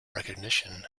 recognition